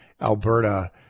Alberta